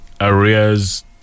areas